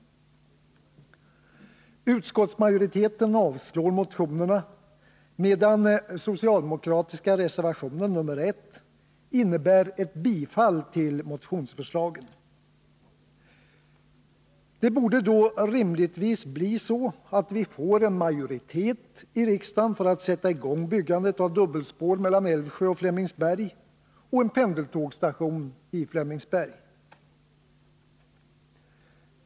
Utskottsmajoriteten avstyrker motionerna, medan den socialdemokratiska reservationen nr 1 innebär ett tillstyrkande av motionsförslagen. Det borde då rimligtvis bli så att vi får en majoritet i riksdagen för att sätta i gång byggandet av dubbelspår mellan Älvsjö och Flemingsberg och en pendeltågsstation i Flemingsberg.